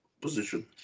position